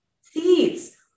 seeds